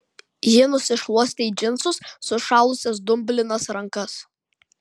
ji nusišluostė į džinsus sušalusias dumblinas rankas